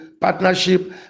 partnership